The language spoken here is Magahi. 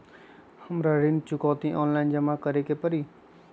हमरा ऋण चुकौती ऑनलाइन जमा करे के परी?